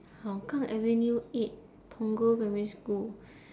hougang avenue eight punggol primary school